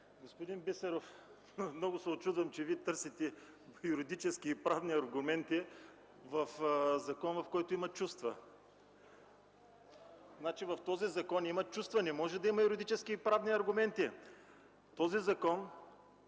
Господин Бисеров, много се учудвам, че Вие търсите юридически и правни аргументи в закон, в който има чувства. В този закон има чувства, не може да има юридически и правни аргументи. Този закон